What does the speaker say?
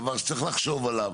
דבר שצריך לחשוב עליו,